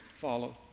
follow